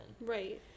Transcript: Right